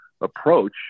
approach